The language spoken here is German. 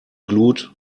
glut